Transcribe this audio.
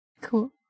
Cool